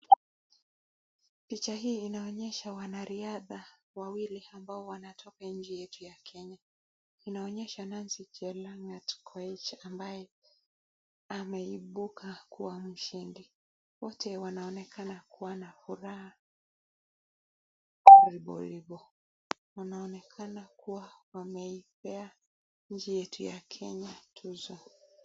Picha hii inaonyesha wanariadha wawili ambao wanatoka nje yetu ya Kenya. Inaonyesha Nancy chelang'at Koech ambaye ameibuka kuwa mshindi wote wanaonekana kuwa na furaha riboribo wanaoneka kuwa wameipia nchi yetu ya kenya tuzo.